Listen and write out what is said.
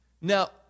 Now